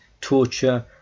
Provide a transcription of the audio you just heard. torture